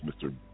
Mr